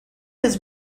his